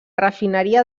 refineria